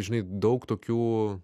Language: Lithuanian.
žinai daug tokių